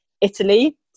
Italy